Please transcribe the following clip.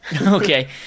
okay